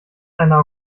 einer